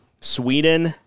Sweden